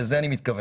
לזה אני מתכוון,